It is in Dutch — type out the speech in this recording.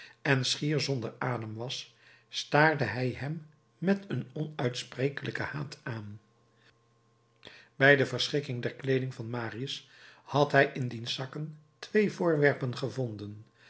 en schier zonder adem was staarde hij hem met een onuitsprekelijken haat aan bij de verschikking der kleeding van marius had hij in diens zakken twee voorwerpen gevonden